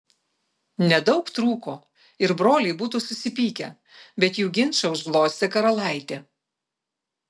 nedaug trūko ir broliai būtų susipykę bet jų ginčą užglostė karalaitė